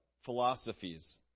philosophies